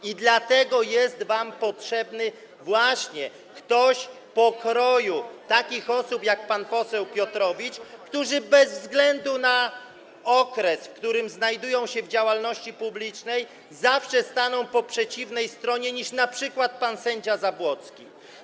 I dlatego jest wam potrzebny właśnie ktoś pokroju takich osób jak pan poseł Piotrowicz, które bez względu na okres, w jakim znajdują się w działalności publicznej, zawsze staną po przeciwnej stronie niż np. pan sędzia Zabłocki.